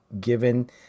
given